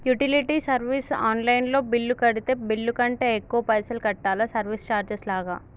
Utility service online లో bill కడితే bill కంటే ఎక్కువ పైసల్ కట్టాలా సర్వీస్ చార్జెస్ లాగా?